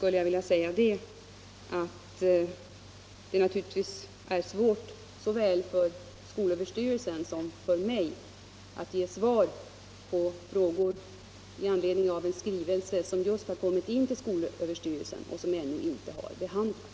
Slutligen vill jag säga till herr Nordstrandh att det naturligtvis är svårt Om ämnet både för skolöverstyrelsen och för mig att svara på frågor i anledning religionskunskap i av en skrivelse som just har kommit in till skolöverstyrelsen och som = grundskolan ännu inte har behandlats.